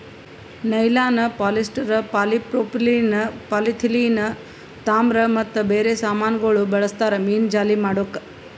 nylon, polyester, polypropylene, polyethylene, ತಾಮ್ರ ಮತ್ತ ಬೇರೆ ಸಾಮಾನಗೊಳ್ ಬಳ್ಸತಾರ್ ಮೀನುಜಾಲಿ ಮಾಡುಕ್